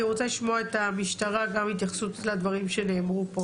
אני רוצה לשמוע את המשטרה בהתייחסות לדברים שנאמרו פה.